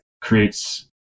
creates